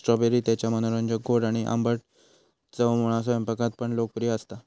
strawberry त्याच्या मनोरंजक गोड आणि आंबट चवमुळा स्वयंपाकात पण लोकप्रिय असता